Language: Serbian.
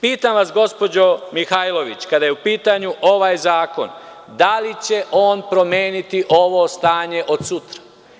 Pitam vas, gospođo Mihajlović, kada je u pitanju ovaj zakon – da li će on promeniti ovo stanje od sutra?